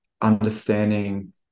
understanding